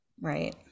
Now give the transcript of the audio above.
right